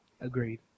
Agreed